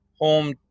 home